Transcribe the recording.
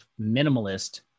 minimalist